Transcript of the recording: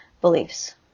beliefs